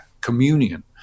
communion